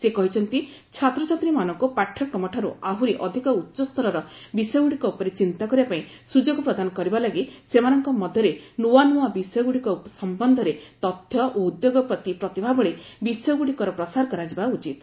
ସେ କହିଛନ୍ତି ଛାତ୍ରଛାତ୍ରୀମାନଙ୍କୁ ପାଠ୍ୟକ୍ରମଠାରୁ ଆହୁରି ଅଧିକ ଉଚ୍ଚସ୍ତରର ବିଷୟଗୁଡ଼ିକ ଉପରେ ଚିନ୍ତା କରିବା ପାଇଁ ସୁଯୋଗ ପ୍ରଦାନ କରିବା ଲାଗି ସେମାନଙ୍କ ମଧ୍ୟରେ ନୂଆନୁଆ ବିଷୟଗୁଡ଼ିକ ସମ୍ଭନ୍ଧରେ ତଥ୍ୟ ଓ ଉଦ୍ୟୋଗପତି ପ୍ରତିଭା ଭଳି ବିଷୟ ଗୁଡ଼ିକର ପ୍ରସାର କରାଯିବା ଉଚିତ୍